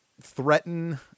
threaten